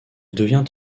devient